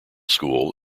school